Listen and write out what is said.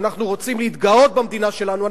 ואנחנו רוצים להתגאות במדינה שלנו.